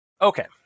Okay